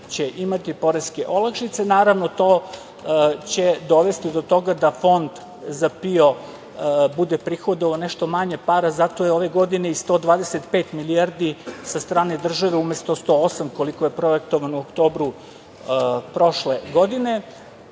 će imati poreske olakšice. Naravno, to će dovesti do toga da Fond za PIO bude prihodovao nešto manje para, zato je ove godine 125 milijardi sa strane države umesto 108, koliko je projektovano u oktobru prošle godine.